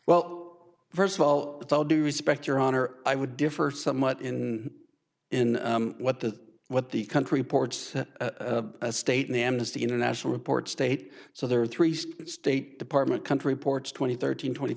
well first of all with all due respect your honor i would differ somewhat in in what the what the country ports state an amnesty international report state so there are three state department country ports twenty thirteen twenty